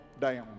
down